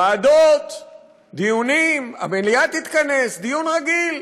ועדות, דיונים, המליאה תתכנס, דיון רגיל.